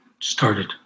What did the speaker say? started